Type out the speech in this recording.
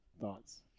Thoughts